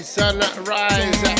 sunrise